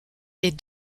est